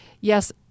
yes